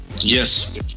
Yes